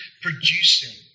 producing